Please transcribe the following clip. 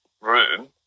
room